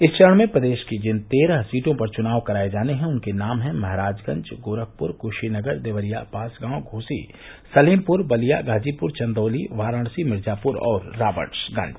इस चरण में प्रदेश की जिन तेरह सीटों पर चुनाव कराये जाने हैं उनके नाम हैं महराजगंज गोरखपुर कुशीनगर देवरिया बांसगांव घोसी सलेमपुर बलिया गाजीपुर चन्दौली वाराणसी मिर्जापुर और राबर्ट्सगंज